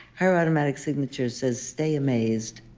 her automatic signature says, stay amazed.